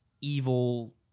evil